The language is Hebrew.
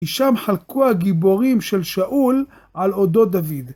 שם חלקו הגיבורים של שאול על עודו דוד.